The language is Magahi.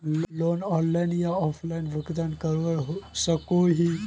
लोन ऑनलाइन या ऑफलाइन भुगतान करवा सकोहो ही?